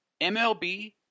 MLB